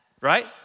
Right